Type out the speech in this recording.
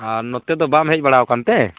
ᱟᱨ ᱱᱚᱛᱮ ᱫᱚ ᱵᱟᱢ ᱦᱮᱡ ᱵᱟᱲᱟ ᱟᱠᱟᱱᱛᱮ